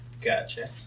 Gotcha